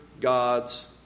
God's